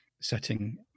setting